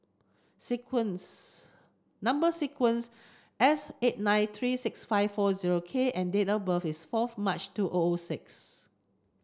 sequence number sequence S eight nine three six five four zero K and date of birth is fourth March two O O six